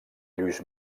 lluís